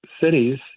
cities